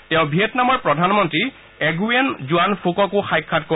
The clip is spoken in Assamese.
তেওঁ ভিয়েটনামৰ প্ৰধানমন্ত্ৰী এনগুয়েন জোৱান ফুককো সাক্ষাৎ কৰিব